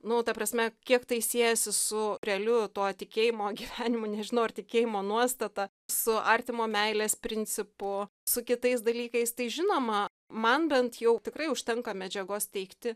nu ta prasme kiek tai siejasi su realiu tuo tikėjimo gyvenimu nežinau ar tikėjimo nuostata su artimo meilės principu su kitais dalykais tai žinoma man bent jau tikrai užtenka medžiagos teigti